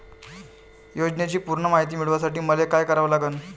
योजनेची पूर्ण मायती मिळवासाठी मले का करावं लागन?